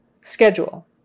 Schedule